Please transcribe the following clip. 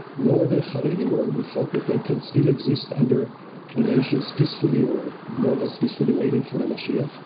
nor the haredi world, who thought that they could still exist under the nations peacefully, or more or less peacefully waiting for the mashiach,